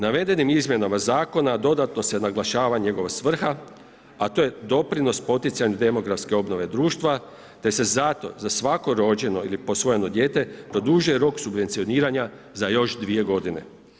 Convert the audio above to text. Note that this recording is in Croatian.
Navedenim izmjenama zakona dodatno se naglašava njegova svrha, a to je doprinos poticajem demografske obnove društva te se za svako rođeno ili posvojeno dijete produžuje rok subvencioniranja za još dvije godine.